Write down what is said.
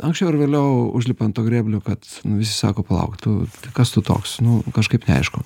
anksčiau ar vėliau užlipa ant to grėblio kad visi sako palauk tu kas tu toks nu kažkaip neaišku